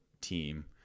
team